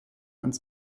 ans